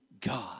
God